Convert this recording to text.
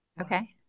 Okay